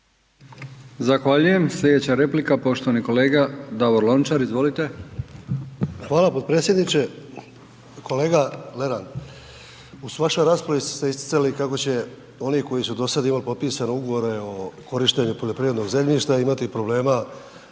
Zahvaljujem. Sljedeća replika, poštovani kolega Davor Lončar. Izvolite. **Lončar, Davor (HDZ)** Hvala potpredsjedniče. Kolega Lenart, u vašoj raspravi ste se isticali kako će oni koji su dosad imali potpisano ugovore o korištenju poljoprivrednog zemljišta imati problema